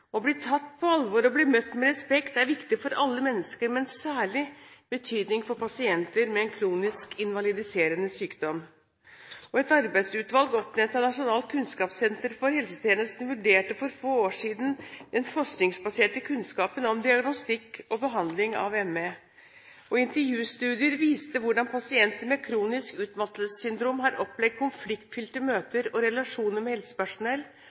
Å bli tatt på alvor og bli møtt med respekt er viktig for alle mennesker, men har særlig betydning for pasienter med en kronisk, invalidiserende sykdom. Et arbeidsutvalg oppnevnt av Nasjonalt kunnskapssenter for helsetjenesten vurderte for få år siden den forskningsbaserte kunnskapen om diagnostikk og behandling av ME. Intervjustudier viste hvordan pasienter med kronisk utmattelsessyndrom har opplevd konfliktfylte møter og relasjoner med helsepersonell,